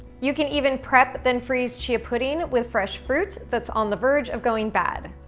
you can even prep then freeze chia pudding with fresh fruit that's on the verge of going bad.